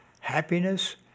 happiness